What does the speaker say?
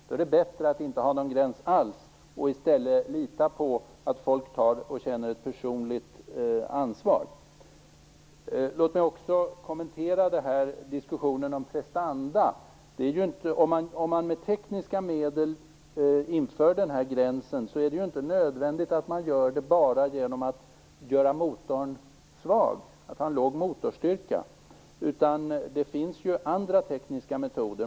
Då är det bättre att inte ha någon gräns alls, och i stället lita på att folk tar och känner ett personligt ansvar. Låt mig också kommentera diskussionen om prestanda. Om man med tekniska medel inför gränsen är det inte nödvändigt att göra det bara genom att göra motorn svag och ha en låg motorstyrka. Det finns andra tekniska metoder.